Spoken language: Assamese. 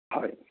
হয়